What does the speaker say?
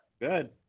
good